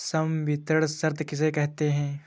संवितरण शर्त किसे कहते हैं?